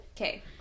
okay